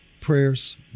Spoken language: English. prayers